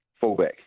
fullback